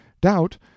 doubt